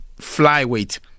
flyweight